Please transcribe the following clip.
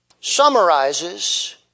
summarizes